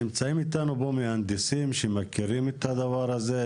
נמצאים אתנו פה מהנדסים שמכירים את הדבר הזה,